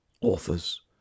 authors